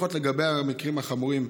לפחות לגבי המקרים החמורים,